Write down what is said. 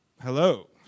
Hello